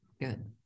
Good